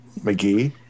McGee